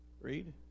Read